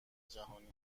جهانی